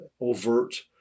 overt